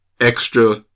extra